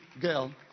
girl